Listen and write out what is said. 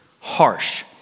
harsh